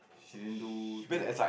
she didn't do to